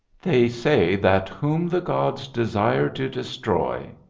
they say that whom the gods desire to destroy,